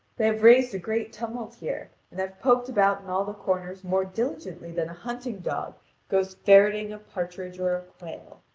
they have raised a great tumult here, and have poked about in all the corners more diligently than a hunting-dog goes ferreting a partridge or a quail.